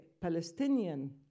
Palestinian